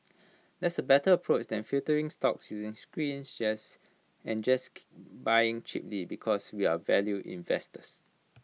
that's A better approach than just filtering stocks using screens and just buying cheaply because we're value investors